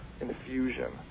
infusion